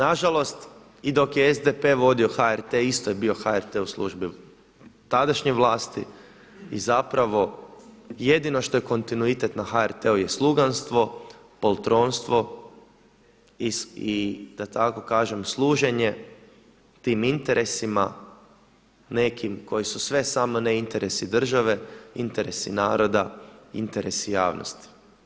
Nažalost i dok je SDP vodio HRT isto je bio HRT u službi tadašnje vlasti i zapravo jedino što je kontinuitet na HRT-u je sluganstvo, poltronstvo i da tako kaže služenje tim interesima nekim koji su sve samo ne interesi države, interesi naroda, interesi javnosti.